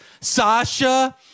Sasha